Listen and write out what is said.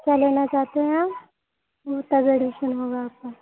क्या लेना चाहते हैं आप तब एडमिशन होगा आपका